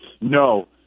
No